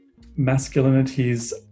masculinities